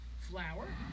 flour